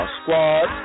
squad